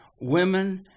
women